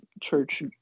church